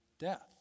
death